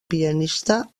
pianista